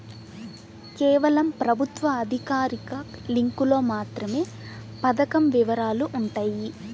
కేవలం ప్రభుత్వ అధికారిక లింకులో మాత్రమే పథకం వివరాలు వుంటయ్యి